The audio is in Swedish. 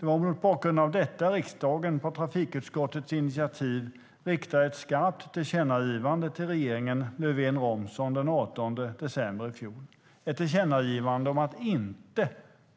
Det är mot bakgrund av detta som riksdagen på trafikutskottets initiativ riktade ett skarpt tillkännagivande till regeringen Löfven-Romson den 18 december i fjol om att inte